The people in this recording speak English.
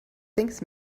things